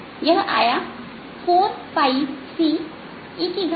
यह आया 4ce r यह यही है